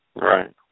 Right